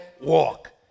walk